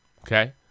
Okay